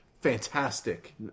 Fantastic